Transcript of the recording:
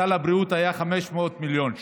סל הבריאות היה 500 מיליון שקל.